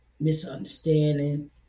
misunderstanding